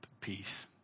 peace